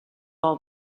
all